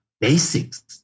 basics